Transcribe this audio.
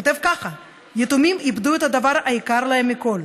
וכותב כך: יתומים איבדו את הדבר היקר להם מכול,